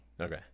Okay